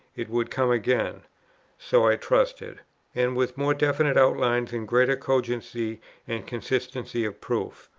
it would come again so i trusted and with more definite outlines and greater cogency and consistency of proof.